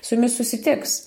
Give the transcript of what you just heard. su jumis susitiks